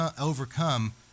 overcome